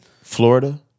Florida